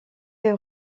fait